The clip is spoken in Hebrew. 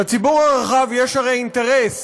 לציבור הרחב יש הרי אינטרס